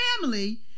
family